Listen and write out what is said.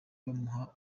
bamuha